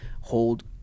hold